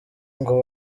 ngo